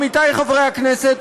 עמיתי חברי הכנסת,